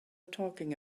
talking